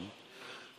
הקונסרבטיבית.